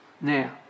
Now